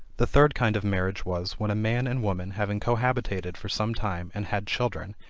the third kind of marriage was, when a man and woman, having cohabited for some time and had children,